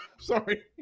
Sorry